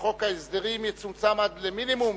שחוק ההסדרים יצומצם עד למינימום,